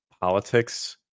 politics